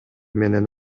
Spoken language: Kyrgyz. менен